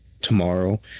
tomorrow